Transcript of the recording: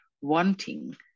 wanting